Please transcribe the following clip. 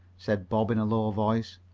said bob in a low voice.